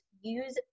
use